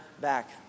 back